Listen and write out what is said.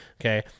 okay